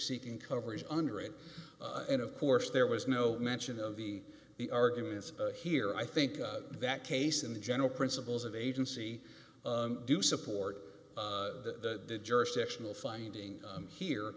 seeking coverage under it and of course there was no mention of the the arguments here i think that case in the general principles of agency do support the jurisdictional finding here